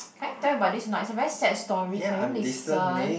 can I tell you about this not it's a very sad story can you listen